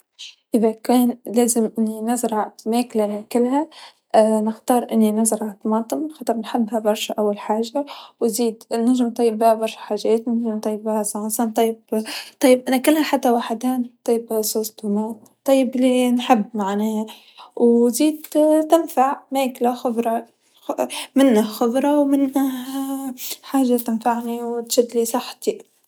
ما بعرفك الكثير عن عالم الزراعة والعلم تبع الزراعة لكن أظن إنه في خضروات وفواكه سهلة في الزراعة حقتها وأظن إنه مع شوية تعليم شوية جراية ،إستشارت ناس من أصحاب الخبرة، فينا نزرع هذه الشغلات نسوي لنا شي صوبة ،أو شي بيت أخضر ونزع فية.